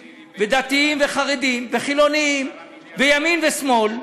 ודתיים, וחרדים, וחילונים, וימין ושמאל,